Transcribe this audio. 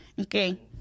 okay